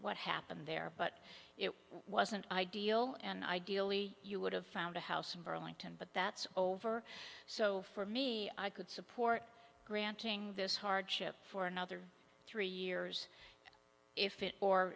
what happened there but it wasn't ideal and ideally you would have found a house in burlington but that's over so for me i could support granting this hardship for another three years if it or